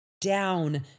down